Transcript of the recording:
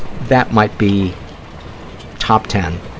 that might be top ten